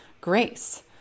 grace